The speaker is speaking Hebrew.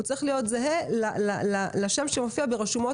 הוא צריך להיות זהה לשם שמופיע ברשומות